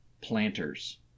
planters